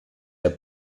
der